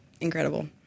incredible